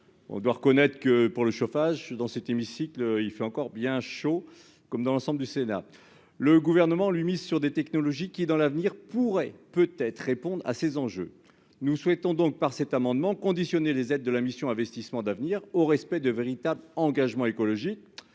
on doit reconnaître que pour le chauffage dans cet hémicycle, il fait encore bien chaud, comme dans l'ensemble du Sénat le gouvernement, lui, mise sur des technologies qui, dans l'avenir pourrait peut-être répondre à ces enjeux, nous souhaitons donc par cet amendement conditionner les aides de la mission Investissements d'avenir au respect de véritable engagement écologique,